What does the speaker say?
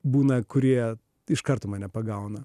būna kurie iš karto mane pagauna